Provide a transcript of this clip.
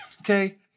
okay